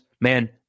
man